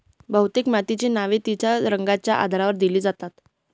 बहुतेक मातीची नावे तिच्या रंगाच्या आधारावर दिली जातात